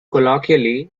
colloquially